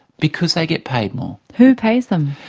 because they get paid more. who pays them?